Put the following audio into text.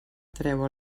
treu